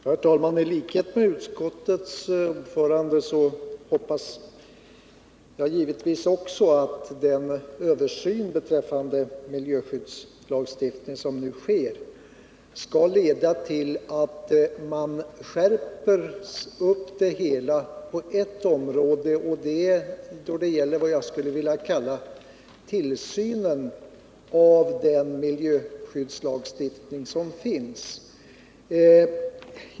Herr talman! I likhet med utskottets ordförande hoppas jag givetvis att den översyn beträffande miljöskyddslagstiftningen som nu sker skall leda till en skärpning på ett område, nämligen vad gäller tillsynen av den miljöskyddslagstiftning som finns.